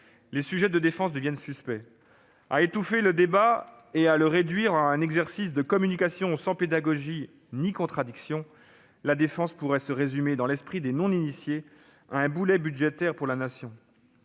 les sujets de défense deviennent suspects. À étouffer le débat et à le réduire à un exercice de communication sans pédagogie ni contradiction, la défense pourrait se résumer, dans l'esprit des non-initiés, à un boulet budgétaire pour la Nation.